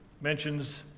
mentions